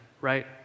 right